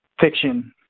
fiction